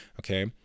okay